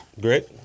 Great